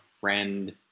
friend